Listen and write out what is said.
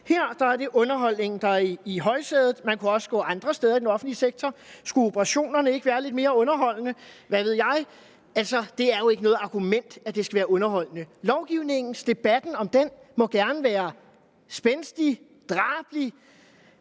Her er det underholdningen, der er i højsædet. Man kunne også gå til andre steder i den offentlige sektor. Skulle operationerne ikke være lidt mere underholdende? Hvad ved jeg? Det er jo ikke noget argument, at det skal være underholdende. Debatten om lovgivningen må gerne være spændstig, drabelig,